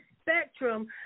spectrum